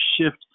shift